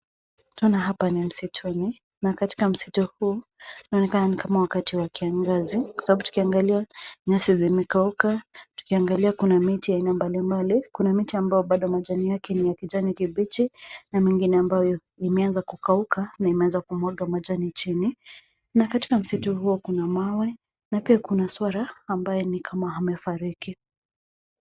Twaona hapa ni msituni na katika msitu huu inaonekana ni kama wakati wa kiangazi kwa sababu tukiangalia nyasi zimekauka. Tukiangalia kuna miti ya mibalemale. Kuna miti ambayo majani yake ni ya kijani kibichi na mengine ambayo imeanza kukauka na imeanza kumwaga majani yake chini. Na katika msitu huo kuna mawe na pia kuna swara ambaye ni kama amefariki.